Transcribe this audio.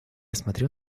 смотрю